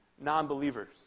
non-believers